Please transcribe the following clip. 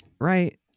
Right